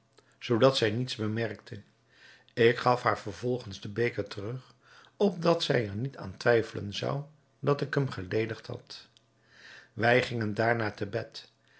zoodat zij niets bemerkte ik gaf haar vervolgens den beker terug opdat zij er niet aan twijfelen zou dat ik hem geledigd had wij gingen daarna te bed